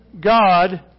God